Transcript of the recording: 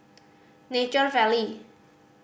Nature Valley